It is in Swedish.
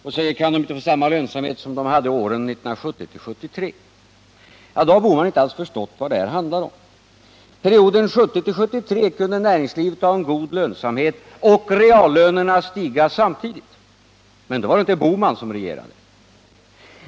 Han frågar: Kan det inte få samma lönsamhet som det hade åren 1970-1973? Då har Gösta Bohman inte alls förstått vad det handlar om. Under perioden 1970-1973 kunde näringslivet ha en god lönsamhet, och reallönerna kunde Nr 55 samtidigt stiga. Men då var det inte Gösta Bohman som regerade.